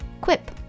Quip